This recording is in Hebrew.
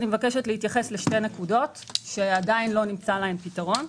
אבקש להתייחס לשתי נקודות שעדיין לא נמצא להן פתרון: